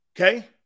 Okay